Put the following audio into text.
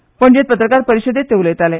आयज पणजेंत पत्रकार परिशदेंत ते उलयताले